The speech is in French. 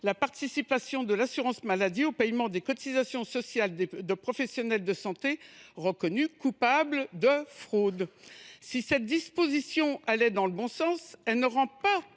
la participation de l’assurance maladie au paiement des cotisations sociales de professionnels de santé reconnus coupables de fraude. Si cette disposition va dans le bon sens, elle ne rend pas